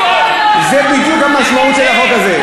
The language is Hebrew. זו בדיוק המשמעות של החוק הזה,